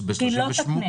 "לא תקנה